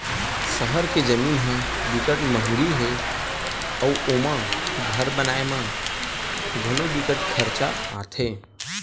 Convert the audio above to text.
सहर के जमीन ह बिकट मंहगी हे अउ ओमा घर बनाए म घलो बिकट खरचा आथे